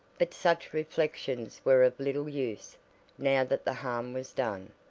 but such reflections were of little use now that the harm was done.